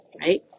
right